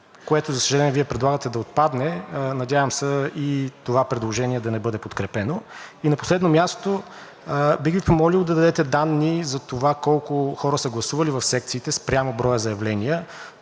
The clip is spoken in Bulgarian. което, за съжаление, Вие предлагате да отпадне. Надявам се и това предложение да не бъде подкрепено. На последно място, бих Ви помолил да дадете данни за това колко хора са гласували в секциите спрямо броя заявления.